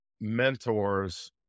mentors